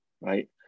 right